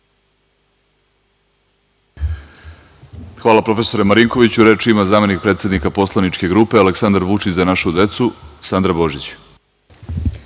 Hvala, profesore Marinkoviću. Reč ima zamenik predsednika poslaničke grupe Aleksandar Vučić – Za našu decu, Sandra Božić.